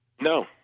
No